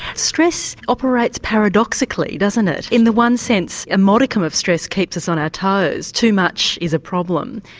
stress operates paradoxically, doesn't it? in the one sense a modicum of stress keeps us on our toes too much is a problem.